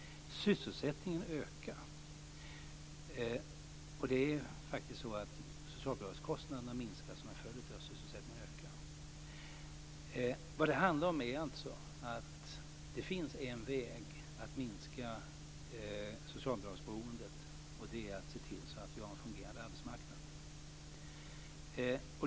Sysselsättningen ökar. Det är faktiskt så att socialbidragskostnaderna minskar som en följd av att sysselsättningen ökar. Vad det handlar om är alltså att det finns en väg att minska socialbidragsberoendet, och det är att se till att vi har en fungerande arbetsmarknad.